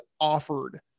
offered